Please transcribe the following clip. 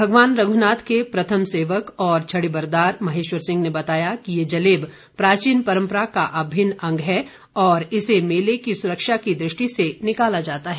भगवान रघुनाथ के प्रथम सेवक और छड़ीबरदार महेश्वर सिंह ने बताया कि ये जलेब प्राचीन परम्परा का अभिन्न अंग है और इसे मेले की सुरक्षा की दृष्टि से निकाला जाता है